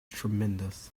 tremendous